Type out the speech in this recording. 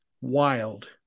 wild